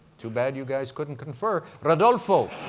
too bad you guys couldn't confer. rodolfo,